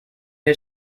wir